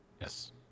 Yes